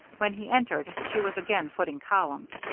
when he entered, she was again footing columns.